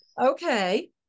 Okay